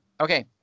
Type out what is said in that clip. Okay